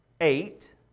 eight